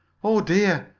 oh, dear!